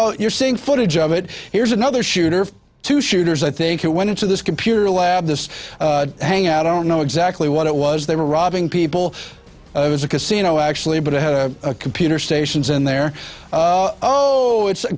oh you're seeing footage of it here's another shooter for two shooters i think it went into this computer lab this hang out i don't know exactly what it was they were robbing people was a casino actually but i had a computer stations in there oh it's a